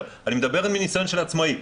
אני מדבר מניסיון של עצמאי.